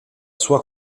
sua